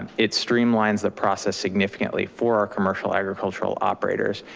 it streamlines the process significantly for our commercial agricultural operators.